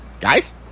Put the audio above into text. Guys